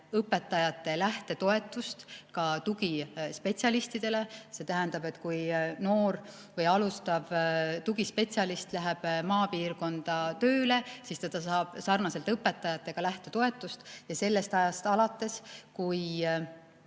õpetajate lähtetoetust ka tugispetsialistidele. See tähendab, et kui noor või alustav tugispetsialist läheb maapiirkonda tööle, siis ta saab sarnaselt õpetajatega lähtetoetust ja sellest ajast alates, kui